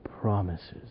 promises